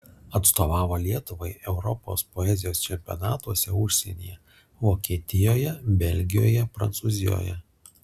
atstovavo lietuvai europos poezijos čempionatuose užsienyje vokietijoje belgijoje prancūzijoje